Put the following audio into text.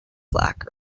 black